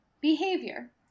behavior